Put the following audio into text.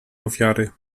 ofiary